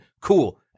cool